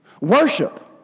Worship